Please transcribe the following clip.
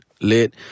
lit